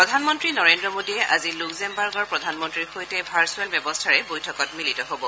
প্ৰধানমন্ত্ৰী নৰেন্দ্ৰ মোদীয়ে আজি লুগ্পেমবাৰ্গৰ প্ৰধানমন্ত্ৰীৰ সৈতে ভাৰচুৱেল ব্যৱস্থাৰে বৈঠকত মিলিত হ'ব